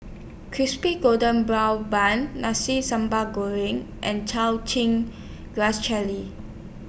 Crispy Golden Brown Bun Nasi Sambal Goreng and Chow Chin Grass Cherry